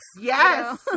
Yes